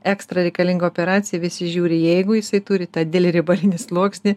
ekstra reikalinga operacija visi žiūri jeigu jisai turi tą didelį riebalinį sluoksnį